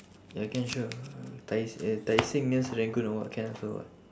ya can sure tai eh tai seng near serangoon or what can also [what]